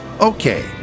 Okay